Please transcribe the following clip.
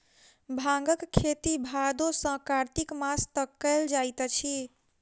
भांगक खेती भादो सॅ कार्तिक मास तक कयल जाइत अछि